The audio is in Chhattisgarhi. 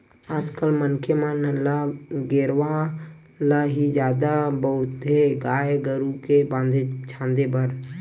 आज कल मनखे मन ल गेरवा ल ही जादा बउरथे गाय गरु के बांधे छांदे बर